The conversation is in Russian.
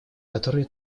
которые